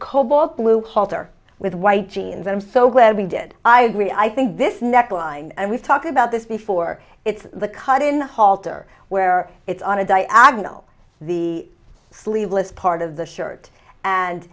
cobalt blue halter with white jeans i'm so glad we did i agree i think this neckline and we've talked about this before it's the cut in halter where it's on a diagonal the sleeveless part of the shirt and